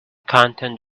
content